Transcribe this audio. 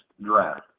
draft